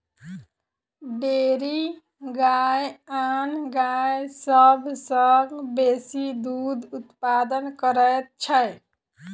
dairy गाय आन गाय सभ सॅ बेसी दूध उत्पादन करैत छै